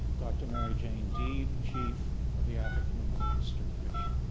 dr. mary-jane deeb, chief of the african and middle eastern division.